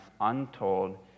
untold